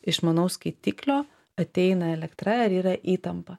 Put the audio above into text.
išmanaus skaitiklio ateina elektra ar yra įtampa